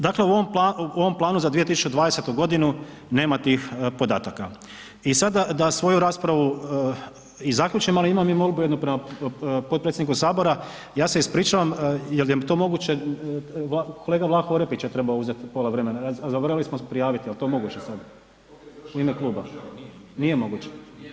Dakle, u ovom planu za 2002. g. nema tih podataka i sada da svoju raspravu i zaključim, ali imam i molbu jednu potpredsjedniku Sabora, ja se ispričavam, je li to moguće kolega Vlaho Orepić treba uzeti pola vremena, zaboravili smo se prijaviti, je li to moguće sada u ime kluba? ... [[Upadica se ne čuje.]] Nije moguće?